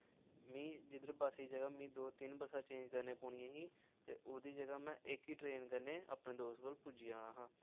मि जिद्धर बस दी जगह् मि दो तिन बसां चेंज करनें पौनियां ही ते ओह्दी जगह् में इक ई ट्रेन करी लेई अपने दोस्त कोल पुज्जी जाना हा